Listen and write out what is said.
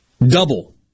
Double